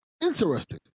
Interesting